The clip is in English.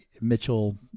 Mitchell